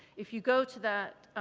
if you go to that,